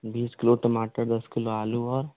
बीस किलो टमाटर दस किलो आलू और